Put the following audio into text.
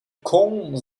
combes